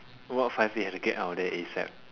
rot five A have to get out of there ASAP